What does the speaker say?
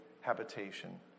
habitation